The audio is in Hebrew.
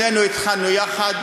שנינו התחלנו יחד,